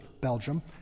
Belgium